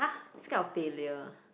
scared of failure